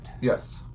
Yes